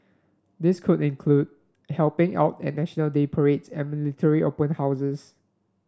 this could include helping out at National Day parades and military open houses